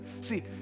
See